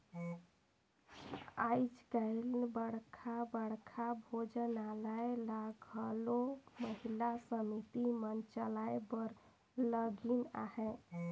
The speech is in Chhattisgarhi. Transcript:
आएज काएल बड़खा बड़खा भोजनालय ल घलो महिला समिति मन चलाए बर लगिन अहें